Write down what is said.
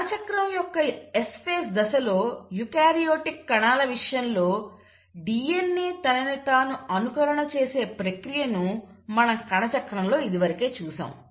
కణ చక్రం యొక్క S phase దశలో యూకారియోటిక్ కణాల విషయంలో DNA తనని తాను అనుకరణ చేసే ప్రక్రియను మనం కణచక్రంలో ఇదివరకే చూసాము